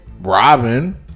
Robin